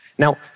Now